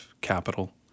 capital